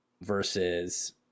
versus